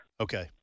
Okay